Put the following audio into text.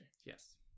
Yes